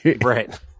Right